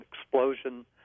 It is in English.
explosion